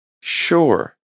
Sure